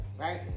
right